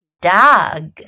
dog